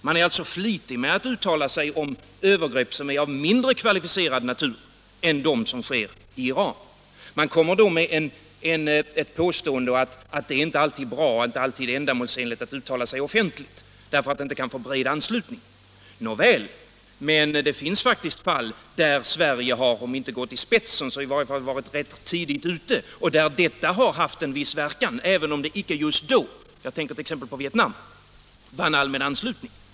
Man är alltså mer flitig med att uttala sig om övergrepp som är av mindre kvalificerad natur än de som sker i Iran. Man kommer då med påståenden om att det inte alltid är bra och ändamålsenligt att uttala sig offentligt därför att man inte kan få en bred uppslutning kring uttalandena. Nåväl, men det finns faktiskt tillfällen då Sverige har om inte gått i spetsen så i varje fall varit rätt tidigt ute, och där detta har haft en viss verkan även om uttalandena inte just då — jag tänker t.ex. på Vietnam — vunnit allmän anslutning.